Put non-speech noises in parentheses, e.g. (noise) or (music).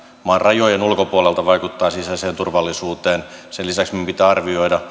maan rajojen ulkopuolelta vaikuttavat sisäiseen turvallisuuteen sen lisäksi meidän pitää arvioida (unintelligible)